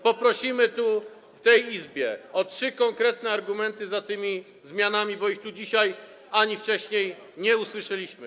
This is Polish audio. Poprosimy tu, w tej Izbie, o trzy konkretne argumenty za tymi zmianami, bo ich tu dzisiaj ani wcześniej nie usłyszeliśmy.